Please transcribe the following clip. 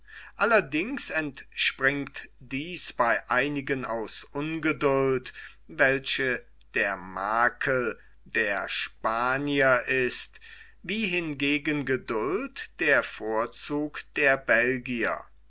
allerdings entspringt dies bei einigen aus ungeduld welche der makel der spanier ist wie hingegen geduld der vorzug der belgier